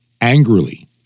angrily